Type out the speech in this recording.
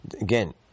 Again